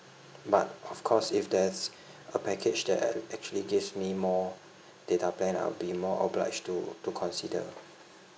but of course if there's a package that actually gives me more data plan I will be more obliged to to consider